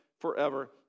forever